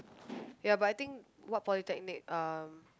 ya but I think what polytechnic um